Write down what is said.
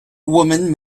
women